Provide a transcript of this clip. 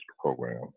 program